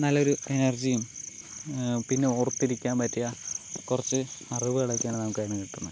നല്ലൊരു എനർജിയും പിന്നെ ഓർത്തിരിക്കാൻ പറ്റിയ കുറച്ച് അറിവുകൾ ഒക്കെയാണ് നമുക്ക് അതിൽ നിന്ന് കിട്ടുന്നത്